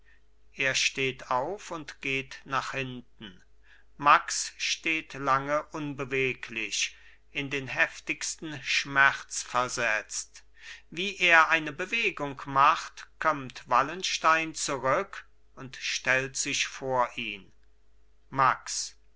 er steht auf und geht nach hinten max steht lange unbeweglich in den heftigsten schmerz versetzt wie er eine bewegung macht kömmt wallenstein zurück und stellt sich vor ihn max